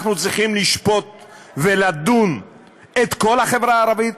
אנחנו צריכים לשפוט ולדון את כל החברה הערבית?